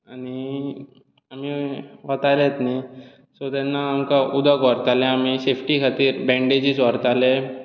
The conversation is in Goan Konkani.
आनी आमी वतालेच न्ही सो तेन्ना आमी उदक व्हरतालें आमी सेफ्टी खातीर बँडेजीस व्हरताले